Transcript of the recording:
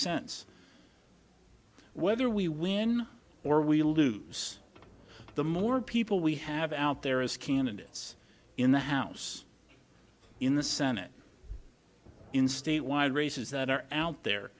sense whether we win or we lose the more people we have out there is candidates in the house in the senate in statewide races that are out there